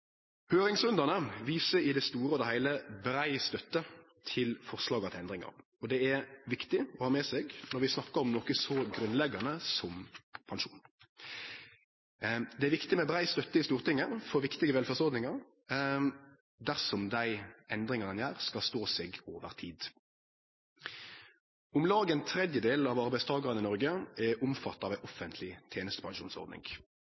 Høyringsrundane viser i det store og heile brei støtte til forslaga til endringar, og dette er viktig å ha med seg når vi snakkar om noko så grunnleggjande som pensjon. Det er viktig med brei støtte i Stortinget for viktige velferdsordningar, dersom dei endringane ein gjer, skal stå seg over tid. Om lag ein tredjedel av arbeidstakarane i Noreg er omfatta av ei